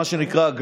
מה שנקרא,